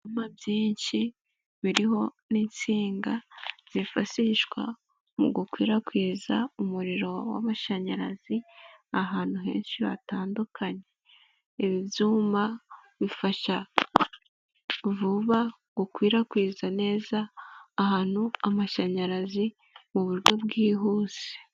Ibyuma byinshi biriho n'insinga zifashishwa mu gukwirakwiza umuriro w'amashanyarazi, ahantu henshi hatandukanye. Ibi byuma bifasha vuba gukwirakwiza neza ahantu amashanyarazi mu buryo bwihuse.